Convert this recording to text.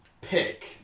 pick